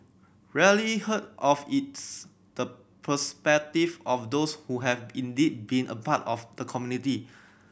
rarely heard of its the perspective of those who have indeed been a part of the community